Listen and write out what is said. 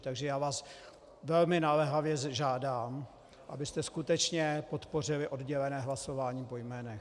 Takže já vás velmi naléhavě žádám, abyste skutečně podpořili oddělené hlasování po jménech.